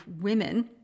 women